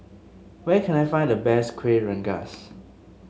where can I find the best Kueh Rengas